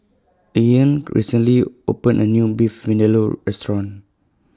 Leeann recently opened A New Beef Vindaloo Restaurant